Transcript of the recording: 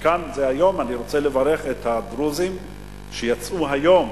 והיום אני רוצה לברך את הדרוזים שיצאו היום,